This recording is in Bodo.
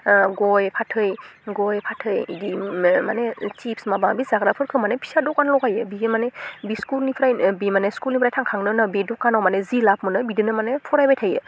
गय फाथै गय फाथै बि मो माने सिप्स माबा बि जाग्राफोरखौ माने फिसा दखान लगायो बियो माने बिस्कुनिफ्रायनो बि माने स्कुलनिफ्राय थांखांनोनो बे दखानाव माने जि लाब मोनो बिदोनो माने फरायबाय थायो